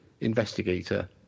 investigator